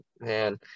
man